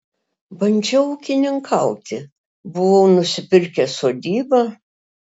bandžiau ūkininkauti buvau nusipirkęs sodybą